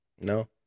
No